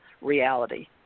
reality